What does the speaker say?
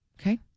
Okay